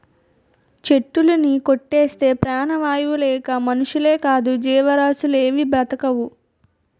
చెట్టులుని కొట్టేస్తే ప్రాణవాయువు లేక మనుషులేకాదు జీవరాసులేవీ బ్రతకవు